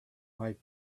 might